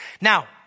Now